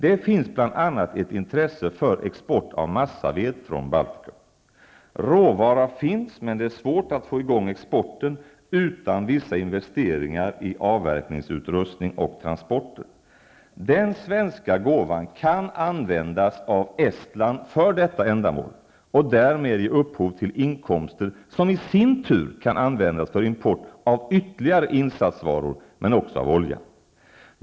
Det finns bl.a. ett intresse för export av massaved från Baltikum. Råvara finns, men det är svårt att få i gång exporten utan vissa investeringar i avverkningsutrustning och transporter. Den svenska gåvan kan användas av Estland för detta ändamål och därmed ge upphov till inkomster som i sin tur kan användas för import av ytterligare insatsvaror, men också av olja.